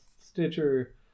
Stitcher